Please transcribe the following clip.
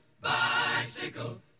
bicycle